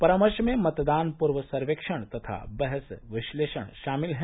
परामर्श में मतदान पूर्व सर्वेक्षण तथा बहस विस्लेषण शामिल हैं